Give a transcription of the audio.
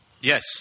Yes